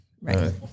right